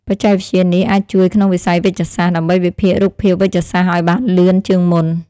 បច្ចេកវិទ្យានេះអាចជួយក្នុងវិស័យវេជ្ជសាស្ត្រ ដើម្បីវិភាគរូបភាពវេជ្ជសាស្ត្រឱ្យបានលឿនជាងមុន។